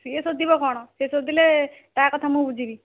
ସିଏ ସୋଦିବ କ'ଣ ସିଏ ସୋଦିଲେ ତା କଥା ମୁଁ ବୁଝିବି